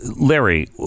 Larry